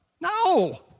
No